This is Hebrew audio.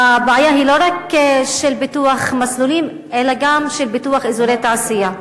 הבעיה היא לא רק של פיתוח מסלולים אלא גם של פיתוח אזורי תעשייה.